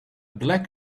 black